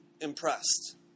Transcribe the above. impressed